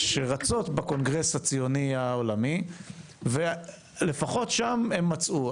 שרצות בקונגרס הציוני העולמי ולפחות שם הם מצאו,